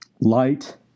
Light